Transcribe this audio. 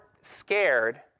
scared